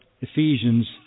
Ephesians